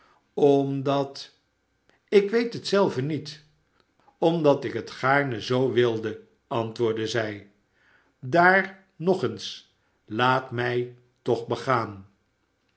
omdat ik weet het zelve niet omdat ik het gaarne zoo wilde antwoordde zij daar nog eens laat mij toch begaan